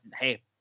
Hey